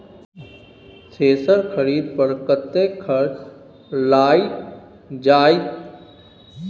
Thresher खरीदे पर कतेक खर्च लाईग जाईत?